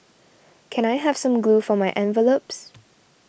can I have some glue for my envelopes